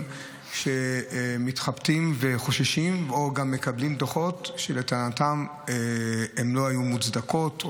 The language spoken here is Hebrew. שמתחבטים וחוששים או גם מקבלים דוחות שלטענתם לא היו מוצדקים,